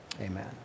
Amen